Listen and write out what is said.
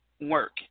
work